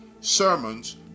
sermons